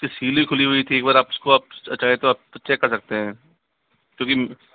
उसकी सील ही खुली हुई थी एक बार उसको आप चाहे तो चेक कर सकते है क्योंकि